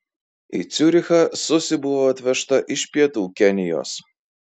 į ciurichą susi buvo atvežta iš pietų kenijos